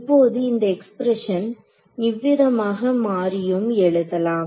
இப்போது இந்த எக்ஸ்பிரஷன் இவ்விதமாக மாற்றியும் எழுதலாம்